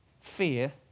fear